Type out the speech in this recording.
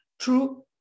True